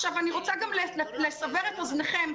אני רוצה גם לסבר את אוזניכם,